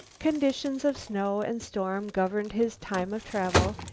conditions of snow and storm governed his time of travel,